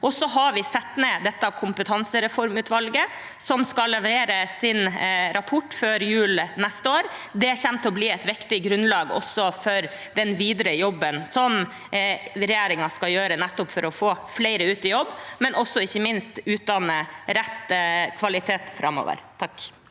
Så har vi satt ned kompetansereformutvalget, som skal levere sin rapport før jul neste år. Det kommer til å bli et viktig grunnlag også for den videre jobben som regjeringen skal gjøre nettopp for å få flere ut i jobb og ikke minst utdanne med rett kvalitet framover. Nils